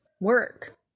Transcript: work